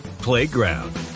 Playground